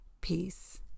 peace